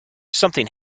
something